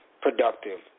productive